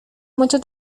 mucho